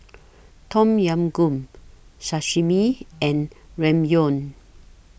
Tom Yam Goong Sashimi and Ramyeon